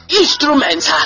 instruments